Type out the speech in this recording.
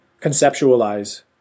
conceptualize